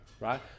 right